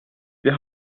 wir